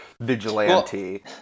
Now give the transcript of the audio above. vigilante